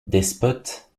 despote